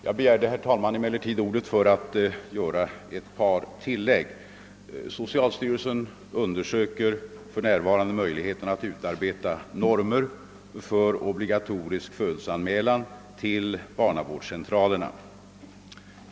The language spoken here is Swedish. Jag begärde emellertid närmast ordet, herr talman, för att göra ett par tillägg. Socialstyrelsen undersöker för närvarande möjligheten att utarbeta normer för obligatorisk födelseanmälan till barnavårdscentralerna.